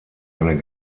eine